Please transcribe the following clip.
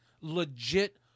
legit